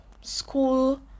school